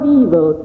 evil